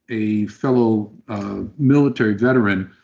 a fellow military veteran,